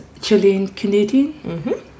Chilean-Canadian